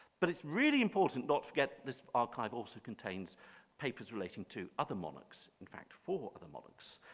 but it's really important, don't forget this archive also contains papers relating to other monarchs, in fact four of the monarchs.